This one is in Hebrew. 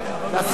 בצד?